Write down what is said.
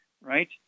right